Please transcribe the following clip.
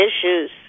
issues